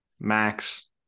Max